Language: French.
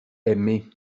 aimé